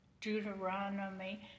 Deuteronomy